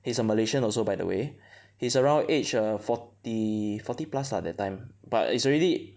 he's a Malaysian also by the way he's around age err forty forty plus lah that time but it's already